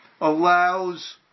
allows